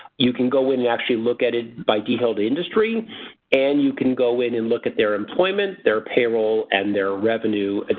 you can go in and actually look at it by detail to industry and you can go in and look at their employment, their payroll and their revenue,